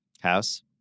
House